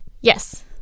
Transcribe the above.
Yes